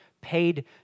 paid